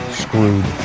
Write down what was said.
screwed